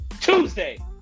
Tuesday